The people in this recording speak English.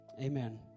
Amen